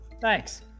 thanks